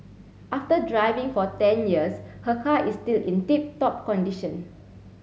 after driving for ten years her car is still in tip top condition